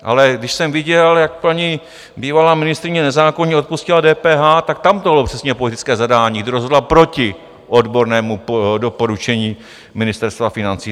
Ale když jsem viděl, jak paní bývalá ministryně nezákonně odpustila DPH, tak tam to bylo přesně politické zadání, kdy rozhodla proti odbornému doporučení Ministerstva financí.